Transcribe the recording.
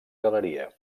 galeria